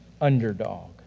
underdog